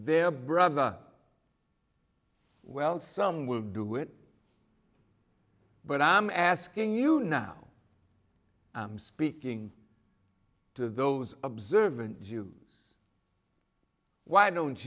their brother well some would do it but i'm asking you now i'm speaking to those observant jews why don't